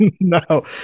no